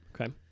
Okay